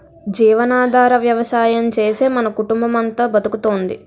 జీవనాధార వ్యవసాయం చేసే మన కుటుంబమంతా బతుకుతోంది